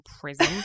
prison